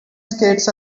skates